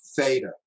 theta